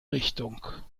richtung